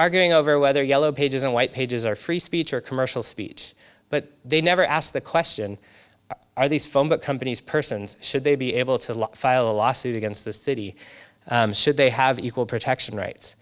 arguing over whether yellow pages and white pages are free speech or commercial speech but they never asked the question are these phone companies persons should they be able to file a lawsuit against the city should they have equal protection rights